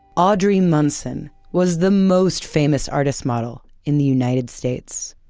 audrey munson was the most famous artist model in the united states.